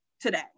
today